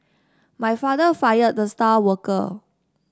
my father fired the star worker